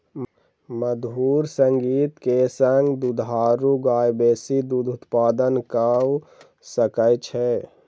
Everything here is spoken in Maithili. मधुर संगीत के संग दुधारू गाय बेसी दूध उत्पादन कअ सकै छै